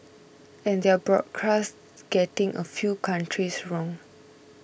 and their broadcast getting a few countries wrong